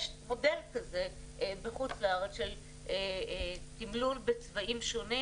יש מודל כזה בחו"ל של תמלול בצבעים שונים